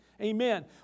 Amen